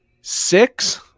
six